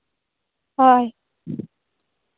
ᱦᱳᱭ